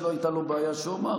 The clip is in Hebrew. שלא הייתה בעיה שאומר,